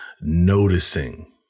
noticing